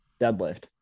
deadlift